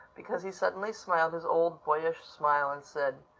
because he suddenly smiled his old, boyish smile and said,